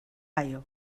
ohio